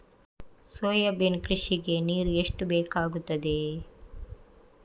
Soybean ಕೃಷಿಗೆ ನೀರು ಎಷ್ಟು ಬೇಕಾಗುತ್ತದೆ?